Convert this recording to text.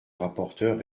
rapporteur